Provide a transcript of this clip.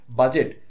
budget